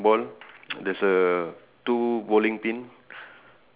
four ya exactly